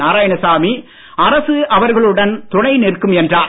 நாராயணசாமி அரசு அவர்களுடன் துணை நிற்கும் என்றார்